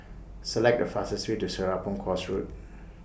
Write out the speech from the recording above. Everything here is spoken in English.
Select The fastest Way to Serapong Course Road